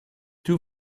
two